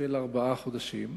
של ארבעה חודשים,